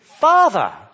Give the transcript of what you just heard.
Father